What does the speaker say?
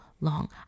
long